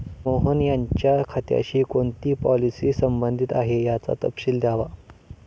मोहन यांच्या खात्याशी कोणती पॉलिसी संबंधित आहे, याचा तपशील द्यावा